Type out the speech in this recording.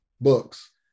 books